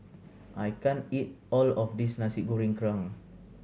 I can't eat all of this Nasi Goreng Kerang